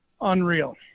unreal